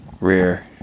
rear